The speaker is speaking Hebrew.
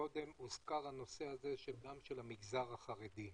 מקודם הוזכר הנושא של המגזר החרדי,